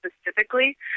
specifically